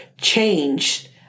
changed